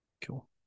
Cool